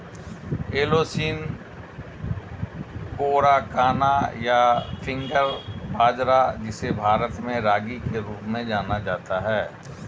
Eleusine coracana, या finger बाजरा, जिसे भारत में रागी के रूप में जाना जाता है